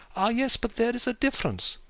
ah, yes but there is a difference.